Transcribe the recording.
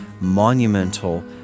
monumental